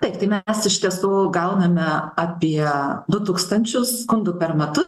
taip tai mes iš tiesų gauname apie du tūkstančius skundų per metu